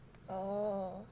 oh